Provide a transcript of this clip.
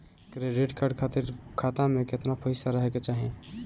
Credit card खातिर खाता में केतना पइसा रहे के चाही?